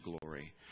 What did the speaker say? glory